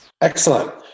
Excellent